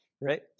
right